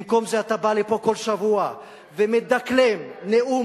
במקום זה אתה בא לפה כל שבוע ומדקלם אותו נאום,